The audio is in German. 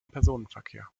personenverkehr